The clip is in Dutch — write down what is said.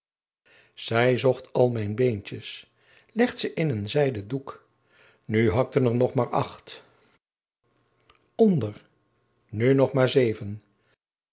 zij zocht al mijn beentjes legt ze in een zijden doek nu hakten er nog maar acht onder nu nog maar zeven